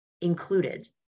included